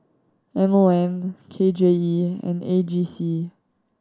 M O M K J E and A G C